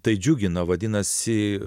tai džiugina vadinasi